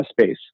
space